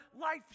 life